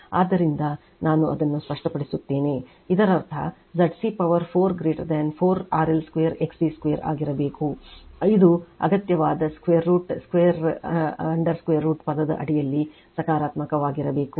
ಆದ್ದರಿಂದ ನಾನು ಅದನ್ನುಸ್ಪಷ್ಟಪಡಿಸುತ್ತೇನೆ ಇದರರ್ಥ ZC ಪವರ್ 4 4 RL2 XC2 ಆಗಿರಬೇಕು ಇದು ಅಗತ್ಯವಾದ √ 2√ ಪದದ ಅಡಿಯಲ್ಲಿ ಸಕಾರಾತ್ಮಕವಾಗಿರಬೇಕು